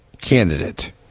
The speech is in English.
candidate